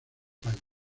tallos